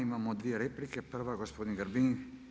Imamo dvije replike, prva gospodin Grbin.